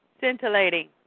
Scintillating